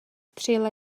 přijela